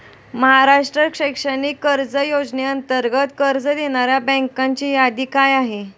महाराष्ट्र शैक्षणिक कर्ज योजनेअंतर्गत कर्ज देणाऱ्या बँकांची यादी काय आहे?